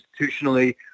institutionally